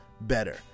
better